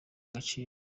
agaciro